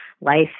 life